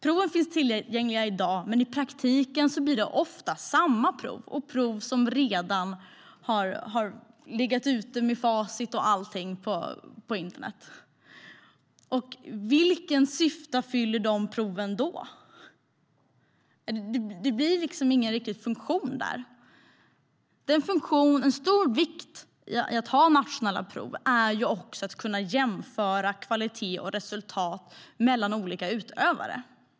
Proven finns tillgängliga i dag, men i praktiken blir det ofta samma prov och prov som redan legat ute med facit på internet. Vilket syfte fyller då dessa prov? De får ingen riktig funktion. En stor vikt med att ha nationella prov är att kunna jämföra kvalitet och resultat mellan olika utövare.